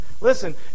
Listen